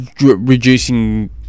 reducing